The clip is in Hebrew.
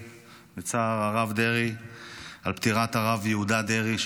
ובצער הרב דרעי על פטירת הרב יהודה דרעי,